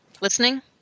Listening